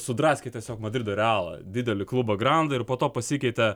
sudraskė tiesiog madrido realą didelį klubą grandą ir po to pasikeitė